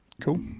Cool